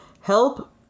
Help